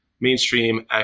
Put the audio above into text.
mainstream